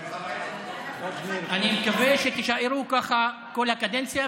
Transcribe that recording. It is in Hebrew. אני מקווה שתישארו ככה כל הקדנציה,